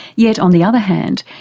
yet on the other hand,